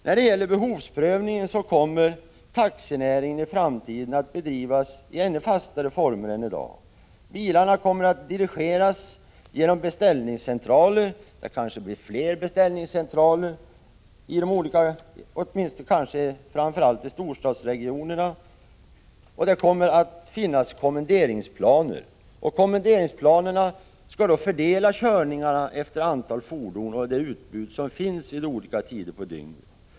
När det gäller behovsprövningen vill jag framhålla att taxinäringen i framtiden kommer att bedrivas i ännu fastare former än i dag. Bilarna kommer att dirigeras genom beställningscentraler. Möjligen blir det flera beställningscentraler, kanske framför allt i storstadsregionerna. Det kommer också att finnas kommenderingsplaner, som skall fördela körningarna med hänsyn till antalet fordon och utbudet vid olika tider på dygnet.